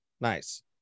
Nice